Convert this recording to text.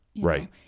Right